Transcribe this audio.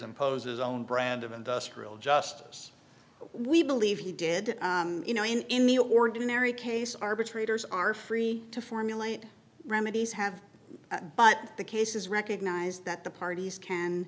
imposes own brand of industrial justice we believe he did you know in any ordinary case arbitrators are free to formulate remedies have but the cases recognize that the parties can